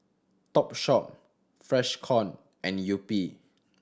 Topshop Freshkon and Yupi